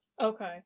Okay